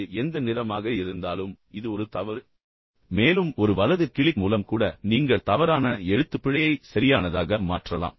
அது எந்த நிறமாக இருந்தாலும் இது ஒரு தவறு என்பதை இது உங்களுக்குக் காட்டுகிறது மேலும் ஒரு வலது கிளிக் மூலம் கூட நீங்கள் தவறான எழுத்துப்பிழையை சரியானதாக மாற்றலாம்